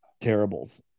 terribles